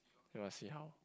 you msut see how